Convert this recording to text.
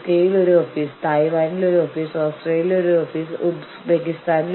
അതിനാൽ ഏത് തന്ത്രമാണ് നിങ്ങൾ ഉപയോഗിക്കുന്നത്